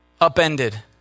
upended